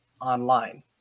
online